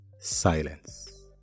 silence